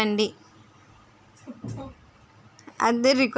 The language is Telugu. నా ఆధార్ కార్డ్ అలాగే పాన్ కార్డ్ కూడా నా అకౌంట్ కి లింక్ చేయమని చెప్పండి